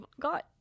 got